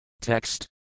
Text